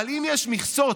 אבל אם יש מכסות